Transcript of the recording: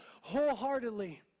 wholeheartedly